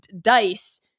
dice